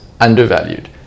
undervalued